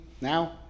now